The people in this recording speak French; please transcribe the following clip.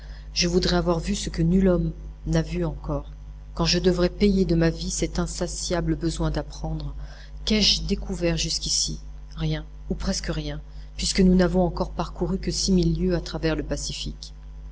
je voudrais avoir vu ce que nul homme n'a vu encore quand je devrais payer de ma vie cet insatiable besoin d'apprendre qu'ai-je découvert jusqu'ici rien ou presque rien puisque nous n'avons encore parcouru que six mille lieues à travers le pacifique